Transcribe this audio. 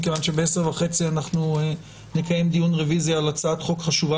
מכיוון שב-10:30 אנחנו נקיים דיון רביזיה על הצעת חוק חשובה